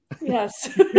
Yes